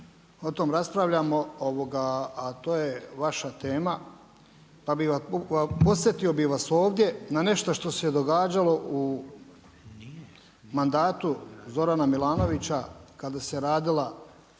O tome raspravljamo a to je vaša tema. Podsjetio bih vas ovdje na nešto što se događalo u mandatu Zorana Milanovića kada se radila